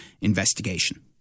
investigation